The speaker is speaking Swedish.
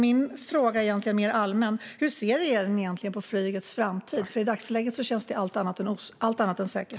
Jag har en mer allmän fråga. Hur ser regeringen egentligen på flygets framtid? I dagsläget känns det allt annat än säkert.